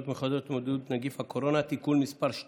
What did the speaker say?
מיוחדות להתמודדות עם נגיף הקורונה החדש (הוראת